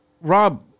Rob